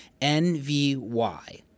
N-V-Y